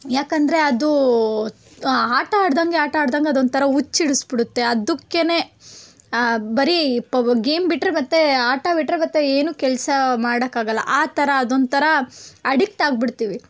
ಯಾಕಂದರೆ ಅದು ಆಟ ಆಡ್ದಂಗೆ ಆಟ ಆಡ್ದಂಗೆ ಅದು ಒಂಥರ ಹುಚ್ ಹಿಡಿಸ್ಬಿಡುತ್ತೆ ಅದಕ್ಕೇನೆ ಬರಿ ಪ್ ಗೇಮ್ ಬಿಟ್ಟರೆ ಮತ್ತೆ ಆಟ ಬಿಟ್ಟರೆ ಮತ್ತೆ ಏನು ಕೆಲಸ ಮಾಡಕ್ಕೆ ಆಗೋಲ್ಲ ಆ ಥರ ಅದೊಂಥರ ಅಡಿಕ್ಟ್ ಆಗಿಬಿಡ್ತೀವಿ